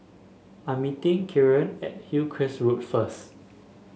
I'm meeting Kieran at Hillcrest Road first